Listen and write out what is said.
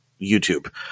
YouTube